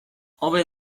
hobe